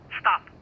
stop